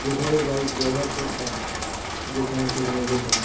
যেভাবে বাইক ব্যবহার করতাম যেখানে সেখানে যেতাম